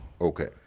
okay